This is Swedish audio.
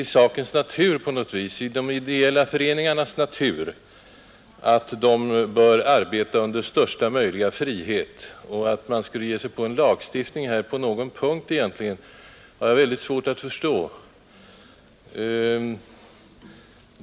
Jag tycker att det på något sätt ligger i de ideella föreningarnas natur att de skall få arbeta under största möjliga frihet. Jag har därför mycket svårt att förstå lämpligheten av att vi egentligen på någon punkt i deras verksamhet här i riksdagen skall ge oss på en särskild lagstiftning.